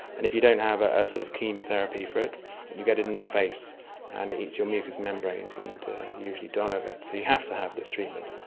and if you don't have a ah sort of chemotherapy for it you get it in the face and it eats your mucous membranes and you usually die of it, so you have to have this treatment.